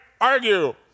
argue